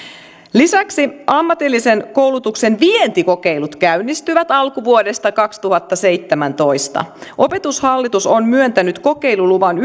lisäksi ammatillisen koulutuksen vientikokeilut käynnistyvät alkuvuodesta kaksituhattaseitsemäntoista opetushallitus on myöntänyt kokeiluluvan